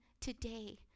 today